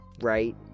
right